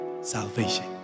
salvation